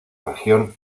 región